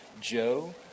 Joe